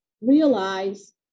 realize